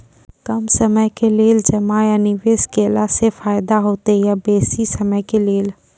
कम समय के लेल जमा या निवेश केलासॅ फायदा हेते या बेसी समय के लेल?